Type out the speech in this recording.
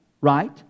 right